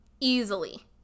Easily